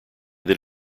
that